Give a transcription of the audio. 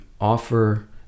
offer